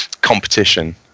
competition